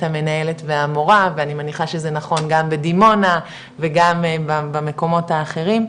המנהלת והמורה ואני מניחה שזה נכון גם בדימונה וגם במקומות האחרים,